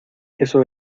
eso